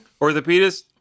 Orthopedist